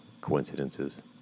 coincidences